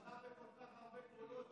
הוא זכה בכל כך הרבה קולות,